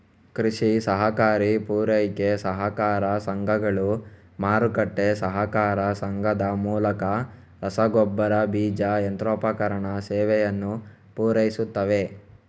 ಕೃಷಿ ಸಹಕಾರಿ ಪೂರೈಕೆ ಸಹಕಾರ ಸಂಘಗಳು, ಮಾರುಕಟ್ಟೆ ಸಹಕಾರ ಸಂಘದ ಮೂಲಕ ರಸಗೊಬ್ಬರ, ಬೀಜ, ಯಂತ್ರೋಪಕರಣ ಸೇವೆಯನ್ನು ಪೂರೈಸುತ್ತವೆ